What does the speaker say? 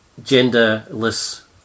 genderless